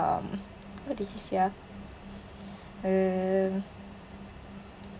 um what did he say ah um